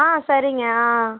ஆ சரிங்க ஆ